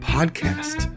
Podcast